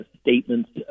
statements